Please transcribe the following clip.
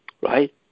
right